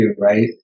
right